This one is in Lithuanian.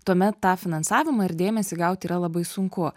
tuomet tą finansavimą ir dėmesį gauti yra labai sunku